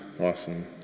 Awesome